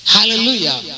Hallelujah